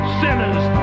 sinners